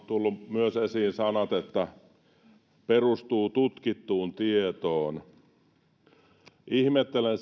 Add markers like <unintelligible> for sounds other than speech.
tulleet myös esiin sanat perustuu tutkittuun tietoon ihmettelen <unintelligible>